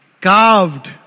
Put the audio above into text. Carved